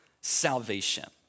salvation